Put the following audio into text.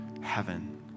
heaven